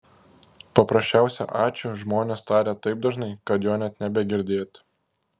paprasčiausią ačiū žmonės taria taip dažnai kad jo net nebegirdėti